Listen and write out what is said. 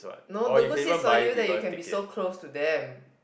no the good thing is so you that you can be so close to them